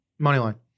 Moneyline